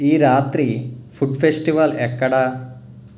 ఈ రాత్రి food festival ఎక్కడ